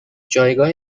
جایگاه